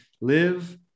live